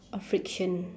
of friction